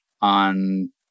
on